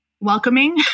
welcoming